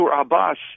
Abbas